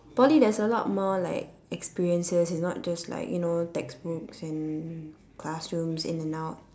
Poly there's a lot more like experiences and not just like you know textbooks and classrooms in and out